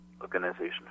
organization